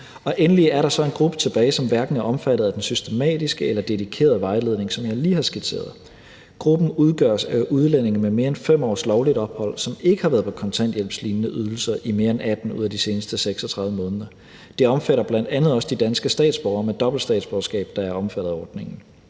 Endelig er der så en gruppe tilbage, som hverken er omfattet af den systematiske eller den dedikerede vejledning, som jeg lige har skitseret. Gruppen udgøres af udlændinge med mere end 5 års lovligt ophold i Danmark, som ikke har været på kontanthjælpslignende ydelser i mere end 18 ud af de seneste 36 måneder. Gruppen omfatter bl.a. også de danske statsborgere med dobbelt statsborgerskab, der er omfattet af ordningen.